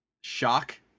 shock